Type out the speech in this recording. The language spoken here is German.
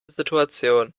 situation